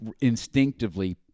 instinctively